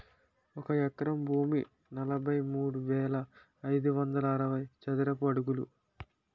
ఒక ఎకరం భూమి నలభై మూడు వేల ఐదు వందల అరవై చదరపు అడుగులు